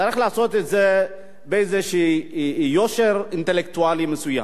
צריך לעשות את זה באיזשהו יושר אינטלקטואלי מסוים.